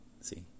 See